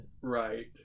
right